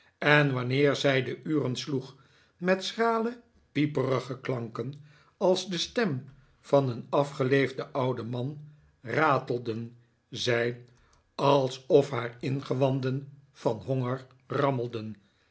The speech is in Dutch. en wanneer zij de uren sloeg met scbrale pieperige klanken als de stem van een afgeleefden ouden man ratelde zij alsof haar ingewanden van honger rammelden